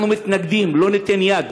אנחנו מתנגדים, לא ניתן יד.